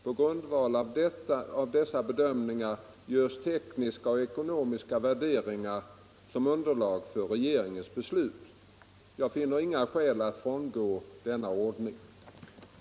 På grundval av dessa bes i dömningar görs tekniska och ekonomiska värderingar som underlag för Om parlamentarisk regeringens beslut. kontroll av Jag finner inga skäl att frångå denna ordning.